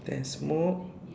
then smoke